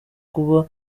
kuba